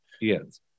Yes